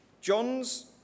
John's